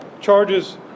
charges